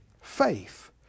faith